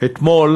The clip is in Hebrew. אתמול